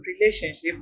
relationship